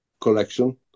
collection